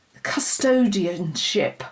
custodianship